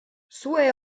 sue